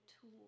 tool